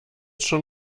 schon